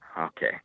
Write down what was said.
Okay